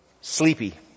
sleepy